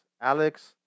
Alex